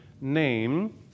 name